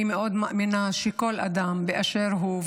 אני מאוד מאמינה שכל אדם באשר הוא,